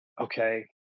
okay